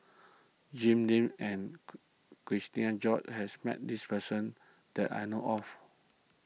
Jim Lim and Cherian George has met this person that I know of